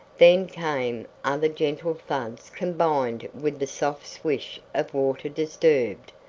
then came other gentle thuds combined with the soft swish of water disturbed.